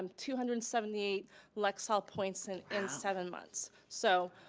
um two hundred and seventy eight lexile points in and seven months. so,